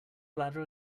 bladder